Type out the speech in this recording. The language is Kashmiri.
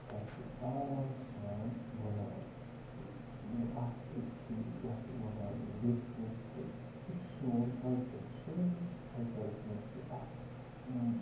تَتہِ آرام سان وَنان وۄنۍ اَکھ أکۍ سٕنٛدِ وٮ۪سہٕ وَنان یِم روٚپھ ووٚپھ تہٕ یہِ چھِ سون کَلچَر سٲنِس کَلچَرَس منٛز چھِ یہِ اَکھ